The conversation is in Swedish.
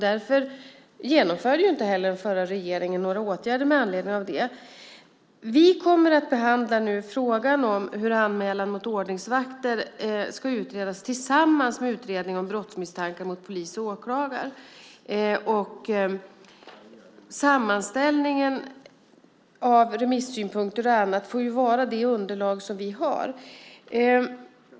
Därför vidtog inte heller den förra regeringen några åtgärder med anledning av detta. Vi kommer nu att behandla frågan om hur anmälan mot ordningsvakter ska utredas tillsammans med utredningen om brottsmisstankar mot polis och åklagare. Sammanställningen av remissynpunkter och annat får bli det underlag som vi har.